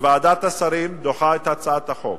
ועדת השרים דוחה את הצעת החוק.